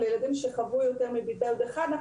אבל כאשר מדובר בילדים שחוו יותר מבידוד אחד,